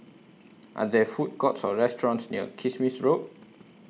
Are There Food Courts Or restaurants near Kismis Road